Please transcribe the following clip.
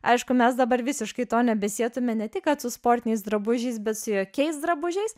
aišku mes dabar visiškai to nebesietume ne ti kad su sportiniais drabužiais bet su jokiais drabužiais